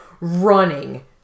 running